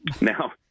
Now